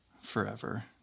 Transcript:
forever